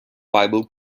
bible